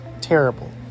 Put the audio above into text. terrible